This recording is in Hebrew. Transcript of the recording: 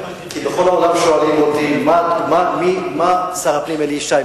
כי בכל העולם שואלים אותי: שר הפנים אלי ישי,